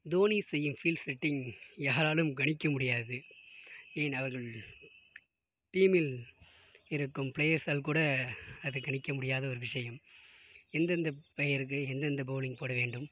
தோனி செய்யும் field setting யாராலும் கணிக்க முடியாது ஏன் அவர்கள் டீமில் இருக்கும் பிளேயெர்ஸ்சால் கூட அது கணிக்க முடியாத ஒரு விஷயம் எந்தெந்த பிளேயருக்கு எந்தெந்த பௌலிங் போட வேண்டும்